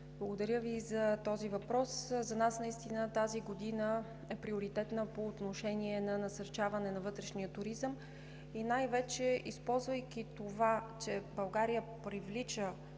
благодаря Ви за този въпрос. За нас наистина тази година е приоритетна по отношение на насърчаване на вътрешния туризъм и най-вече, използвайки това, че България привлича